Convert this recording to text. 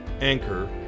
Anchor